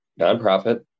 nonprofit